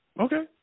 okay